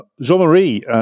Jean-Marie